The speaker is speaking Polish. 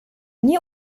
nie